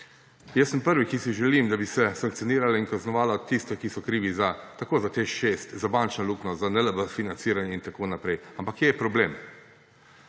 jaz sem prvi, ki si želim, da bi se sankcioniralo in kaznovalo tiste, ki so krivi tako za TEŠ6, za bančno luknjo, za NLB financiranje in tako naprej. Ampak kje je problem?